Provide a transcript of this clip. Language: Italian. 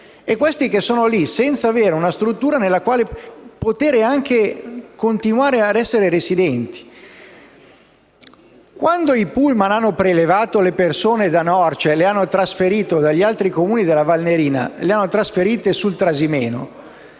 persone che sono lì, senza avere una struttura nella quale poter continuare a essere residenti. Quando i pullman hanno prelevato le persone da Norcia e dagli altri Comuni della Valnerina e le hanno